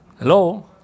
Hello